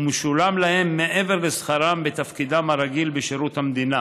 ומשולם להם מעבר לשכרם בתפקידם הרגיל בשירות המדינה.